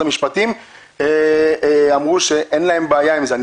המשפטים הם אמרו שאין להם בעיה עם חוות הדעת הזו.